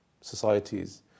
societies